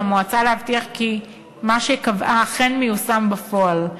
על המועצה להבטיח כי מה שקבעה אכן מיושם בפועל.